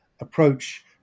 approach